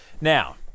Now